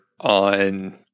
on